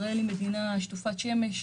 ישראל היא מדינה שטופת שמש.